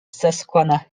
susquehanna